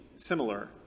Similar